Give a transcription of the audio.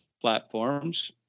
platforms